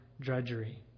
drudgery